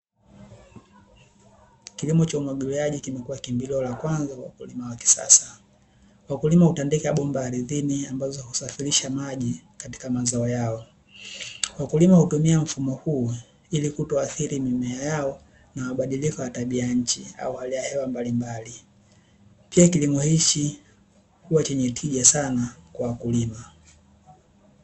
Kilimo cha umwagiliaji kimekuwa kimbilio la kwanza kwa wakulima wa kisasa. Wakulima hutandika bomba ardhini, ambazo husafirisha maji katika mazao yao. Wakulima hutumia mfumo huu ili kutoathiri mimea yao na mabadiliko ya tabia nchi, na hali ya hewa mbalimbali. Pia kilimo hichi, huwa chenye tija sana kwa wakulima.